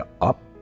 up